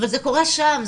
אבל זה קורה שם.